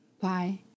Bye